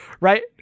right